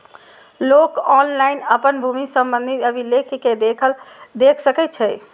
लोक ऑनलाइन अपन भूमि संबंधी अभिलेख कें देख सकै छै